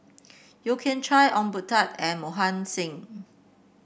Yeo Kian Chye Ong Boon Tat and Mohan Singh